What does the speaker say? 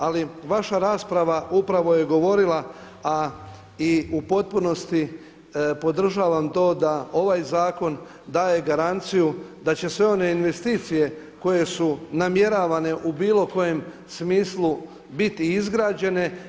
Ali vaša rasprava upravo je govorila, a i u potpunosti podržavam to da ovaj zakon daje garanciju da će sve one investicije koje su namjeravane u bilo kojem smislu biti izgrađene.